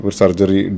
surgery